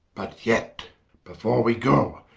but yet before we goe,